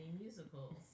musicals